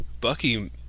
Bucky